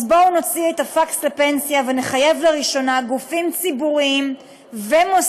אז בואו נוציא את הפקס לפנסיה ונחייב לראשונה גופים ציבוריים ומוסדיים